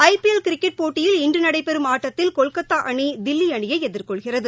ஐ PL cricket போட்டியில் இன்றுநடைபெறும் ஆட்டத்தில் கொல்கத்தாஅணி தில்லிஅணியைஎதிர்கொள்கிறது